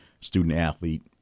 student-athlete